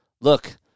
Look